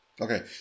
Okay